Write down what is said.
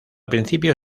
principio